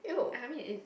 I mean it